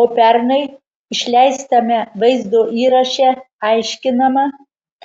o pernai išleistame vaizdo įraše aiškinama